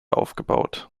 aufgebaut